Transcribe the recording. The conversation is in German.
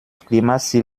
klimaziel